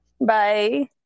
bye